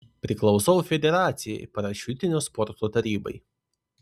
priklausau federacijai parašiutinio sporto tarybai